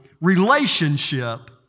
relationship